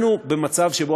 אנחנו במצב שבו,